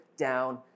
down